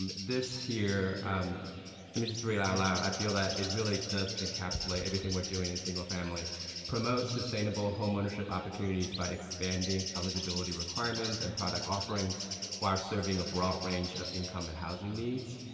and this here let um and me just read it out loud i feel that it really does encapsulate everything we're doing in single family promotes sustainable home ownership opportunities by expanding eligibility requirements and product offerings while serving a broad range of income and housing needs.